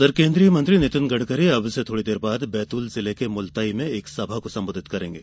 उधर केन्द्रीय मंत्री नितिन गडकरी अब से थोड़ी देर बाद बैतूल जिले के मुलताई में एक सभा को संबोधित करेंगे